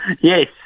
Yes